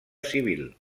civil